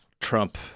Trump